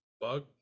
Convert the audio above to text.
Bug